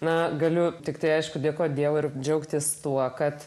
na galiu tiktai aišku dėkoti dievui ir džiaugtis tuo kad